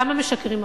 למה משקרים לנו?